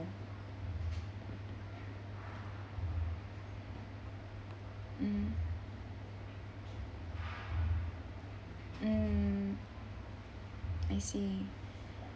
mm I see